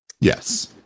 Yes